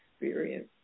experience